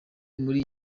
muri